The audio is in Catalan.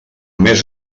més